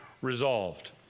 resolved